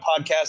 podcast